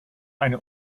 eine